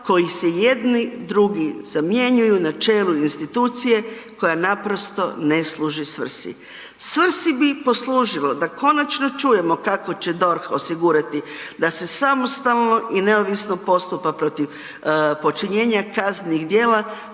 koji se jedni drugi zamjenjuju na čelu institucije koja naprosto ne služi svrsi. Svrsi bi poslužilo da konačno čujemo kako će DORH osigurati da se samostalno i neovisno postupa protiv počinjenja kaznenih dijela,